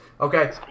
Okay